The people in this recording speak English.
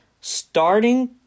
starting